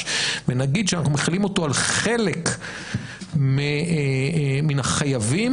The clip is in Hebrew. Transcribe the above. ונגיד שאנחנו מחילים אותו על חלק מן החייבים,